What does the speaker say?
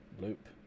loop